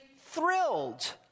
thrilled